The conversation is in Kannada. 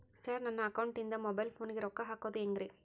ಸರ್ ನನ್ನ ಅಕೌಂಟದಿಂದ ಮೊಬೈಲ್ ಫೋನಿಗೆ ರೊಕ್ಕ ಹಾಕೋದು ಹೆಂಗ್ರಿ?